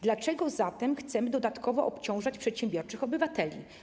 Dlaczego zatem chcemy dodatkowo obciążać przedsiębiorczych obywateli?